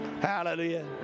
Hallelujah